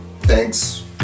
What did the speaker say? Thanks